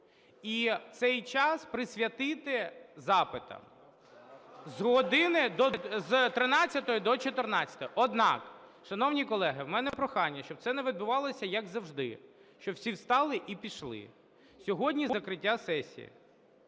і цей час присвятити запитам, з 13 до 14. Однак, шановні колеги, у мене прохання, щоб це не відбувалося, як завжди, що всі встали і пішли. Сьогодні закриття сесії,